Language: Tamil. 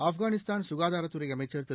ஆப்கானிஸ்தான் சுகாதாரத்துறை அமைச்சர் திரு